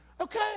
okay